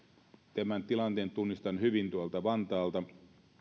tämän tilanteen tunnistan hyvin tuolta vantaalta